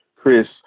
Chris